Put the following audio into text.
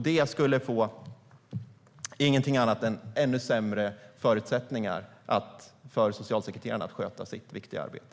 Det skulle inte ge någonting annat än ännu sämre förutsättningar för socialsekreterarna att sköta sitt viktiga arbete.